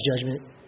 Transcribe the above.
judgment